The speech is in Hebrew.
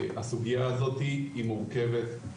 הסוגייה הזו היא מורכבת,